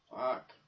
Fuck